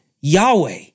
Yahweh